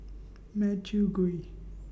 Matthew Ngui